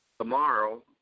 tomorrow